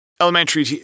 elementary